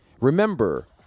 remember